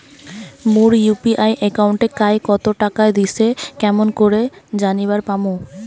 মোর UPI একাউন্টে কায় কতো টাকা দিসে কেমন করে জানিবার পামু?